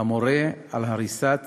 המורה על הריסת